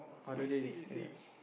orh I see